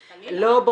לא, חלילה.